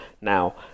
Now